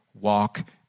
walk